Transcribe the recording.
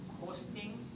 hosting